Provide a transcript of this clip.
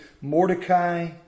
mordecai